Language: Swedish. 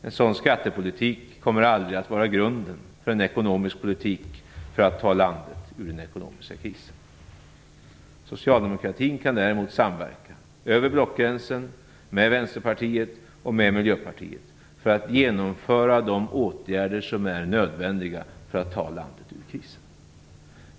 En sådan skattepolitik kommer aldrig att vara grunden för en ekonomisk politik som tar landet ur den ekonomiska krisen. Socialdemokratin kan däremot samverka över blockgränsen, med Vänsterpartiet och med Miljöpartiet för att genomföra de åtgärder som är nödvändiga för att ta landet ur krisen.